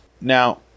Now